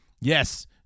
yes